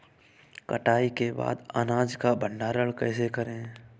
कटाई के बाद अनाज का भंडारण कैसे करें?